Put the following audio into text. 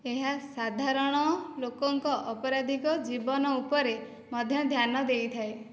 ଏହା ସାଧାରଣ ଲୋକଙ୍କ ଅପରାଧିକ ଜୀବନ ଉପରେ ମଧ୍ୟ ଧ୍ୟାନ ଦେଇଥାଏ